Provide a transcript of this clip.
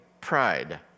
pride